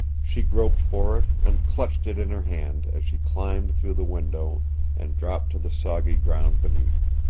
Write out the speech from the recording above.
she groped for it, and clutched it in her hand as she climbed through the window and dropped to the soggy ground beneath.